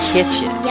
Kitchen